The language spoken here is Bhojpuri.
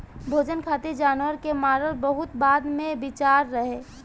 भोजन खातिर जानवर के मारल बहुत बाद के विचार रहे